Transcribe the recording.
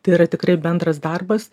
tai yra tikrai bendras darbas